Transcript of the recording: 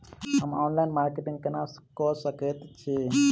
हम online marketing केना कऽ सकैत छी?